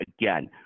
again